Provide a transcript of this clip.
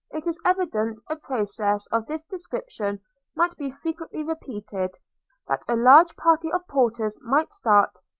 it is evident a process of this description might be frequently repeated that a large party of porters might start,